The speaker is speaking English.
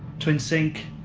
twin sink,